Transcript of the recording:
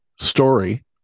story